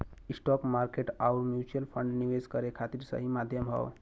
stock market आउर mutual fund निवेश करे खातिर सही माध्यम हौ